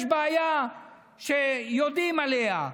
יש בעיה שיודעים עליה,